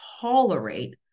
tolerate